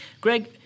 Greg